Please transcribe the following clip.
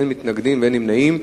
אין מתנגדים ואין נמנעים.